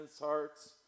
hearts